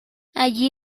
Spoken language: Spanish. allí